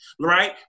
Right